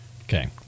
Okay